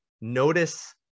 notice